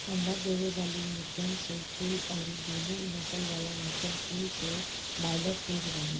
अंडा देवे वाली मुर्गीन कुल से अउरी दुनु नसल वाला मुर्गिन कुल से बायलर तेज बढ़ेला